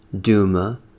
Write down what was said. Duma